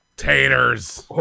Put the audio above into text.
Taters